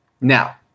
Now